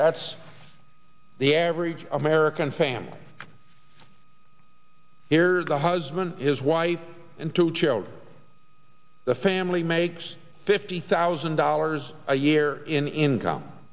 that's the average american family here's a husband his wife and two children the family makes fifty thousand dollars a year in income